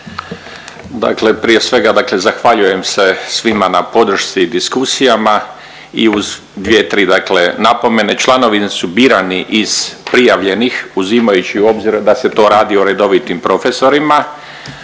Dakle prije svega dakle zahvaljujem se svima na podršci i diskusijama i uz dvije tri dakle napomene, članovi su birani iz prijavljenih uzimajući u obzir da se to radi o redovitim profesorima.